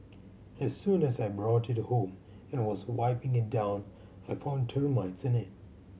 as soon as I brought it home and was wiping it down I found termites in it